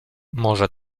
może